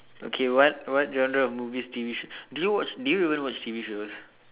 okay what what genre of movies T_V show do you watch do you even watch T_V shows